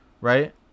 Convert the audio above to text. right